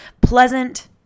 Pleasant